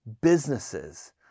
businesses